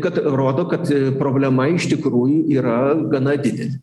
kad rodo kad problema iš tikrųjų yra gana didelė